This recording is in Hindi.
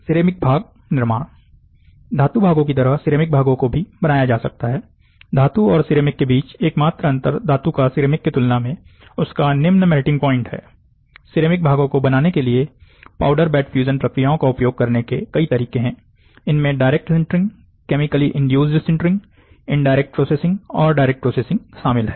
सिरेमिक भाग निर्माण धातु भागों की तरह सिरेमिक भागों भी बनाया जा सकता है धातु और सिरेमिक के बीच एकमात्र अंतर धातु का सिरेमिक की तुलना में उसका निम्न मेल्टिंग पॉइंट है सिरेमिक भागों को बनाने के लिए पाउडर बेड फ्यूजन प्रक्रियाओं का उपयोग करने के कई तरीके हैं इनमें direct sintering chemically induced sintering indirect processing और डायरेक्ट प्रोसेसिंग शामिल है